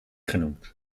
genoemd